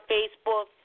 Facebook